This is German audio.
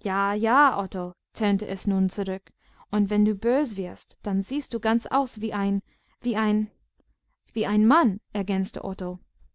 ja ja otto tönte es nun zurück und wenn du bös wirst dann siehst du ganz aus wie ein wie ein wie ein mann ergänzte